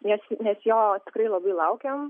nes nes jo tikrai labai laukėm